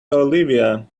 olivia